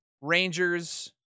Rangers